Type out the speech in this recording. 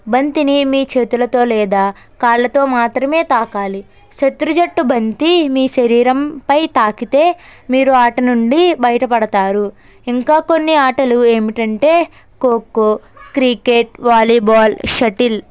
బంతిని మీ చేతులతో లేదా కాళ్ళతో మాత్రమే తాకాలి శత్రు జట్టు బంతి మీ శరీరంపై తాకితే మీరు ఆట నుండి బయట పడతారు ఇంకా కొన్ని ఆటలు ఏమిటంటే ఖోఖో క్రికెట్ వాలీబాల్ షటిల్